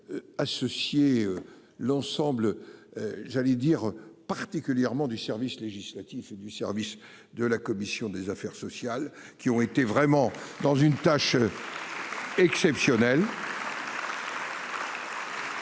Associer l'ensemble. J'allais dire particulièrement du service législatif du service de la commission des affaires sociales qui ont été vraiment dans une tâche. Exceptionnel.